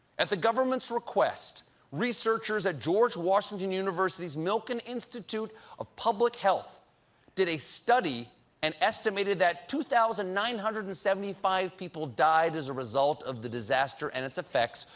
at the government's request researchers at george washington university's milken institute school of public health did a study and estimated that two thousand nine hundred and seventy five people died as a result of the disaster and its effects,